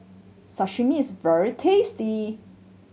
sashimi is very tasty